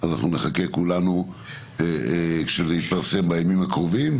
אנחנו נחכה כולנו שזה יתפרסם בימים הקרובים.